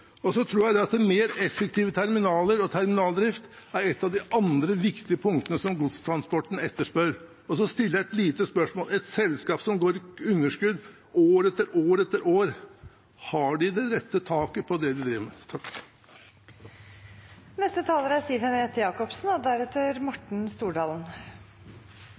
går så detaljert inn i prioriteringene av dette. Jeg tror mer effektive terminaler og terminaldrift er et av de andre viktige punktene som godstransporten etterspør. Så stiller jeg et lite spørsmål: Et selskap som går med underskudd år etter år, har de det rette taket på det de driver med? Jeg har sittet og hørt på denne debatten, og jeg må si at jeg er